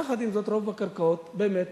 יחד עם זאת, רוב הקרקעות באמת